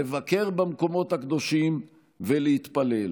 לבקר במקומות הקדושים ולהתפלל.